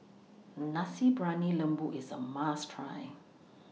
Nasi Briyani Lembu IS A must Try